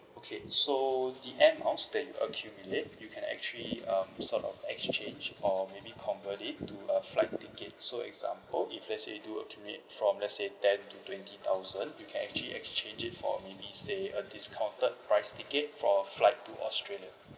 okay so the air miles that you accumulate you can actually um sort of exchange or maybe convert it to a flight ticket so example if let's say you accumulate from let's say ten to twenty thousand you can actually exchange it for maybe say a discounted price ticket for flight to australia